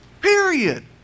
Period